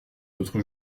l’autre